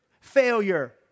Failure